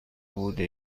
بوده